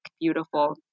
beautiful